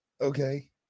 Okay